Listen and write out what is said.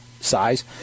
size